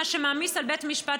מה שמעמיס על בית המשפט.